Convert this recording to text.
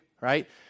right